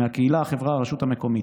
מהקהילה, החברה והרשות המקומית.